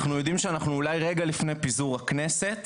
אנחנו יודעים שאנחנו אולי רגע לפני פיזור הכנסת,